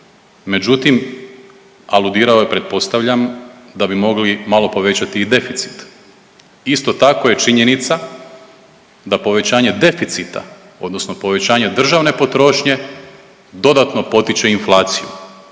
međutim aludirao je pretpostavljam da bi mogli malo povećati i deficit. Isto tako je činjenica da povećanje deficita odnosno povećanje državne potrošnje dodatno potiče inflaciju.